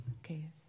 Okay